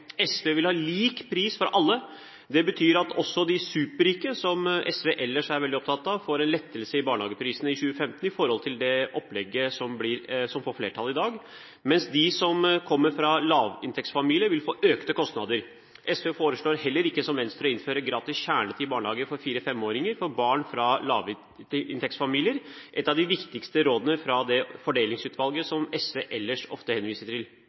SV vil ha lik pris for alle. Det betyr at også de superrike, som SV ellers er veldig opptatt av, får en lettelse i barnehageprisene i 2015 i forhold til det opplegget som får flertall i dag, mens de som kommer fra lavinntektsfamilier, vil få økte kostnader. SV foreslår heller ikke, som Venstre, å innføre gratis kjernetid i barnehage for 4–5-åringer, barn fra lavinntektsfamilier, et av de viktigste rådene fra det fordelingsutvalget som SV ellers ofte henviser til.